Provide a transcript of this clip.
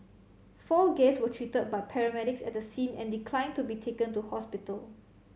four guest were treated by paramedics at the scene and declined to be taken to hospital